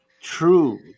true